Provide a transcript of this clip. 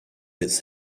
its